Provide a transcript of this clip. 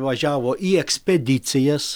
važiavo į ekspedicijas